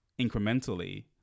incrementally